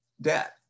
debt